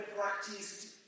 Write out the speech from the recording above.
practiced